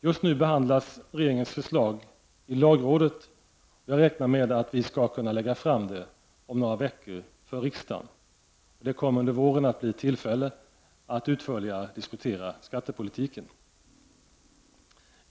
Just nu behandlas regeringens förslag i lagrådet, och jag räknar med att vi skall kunna lägga fram det om några veckor för riksdagen. Det kommer under våren att bli tillfälle att utförligare diskutera skattepolitiken.